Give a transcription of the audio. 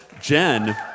Jen